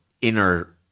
inner